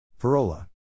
Parola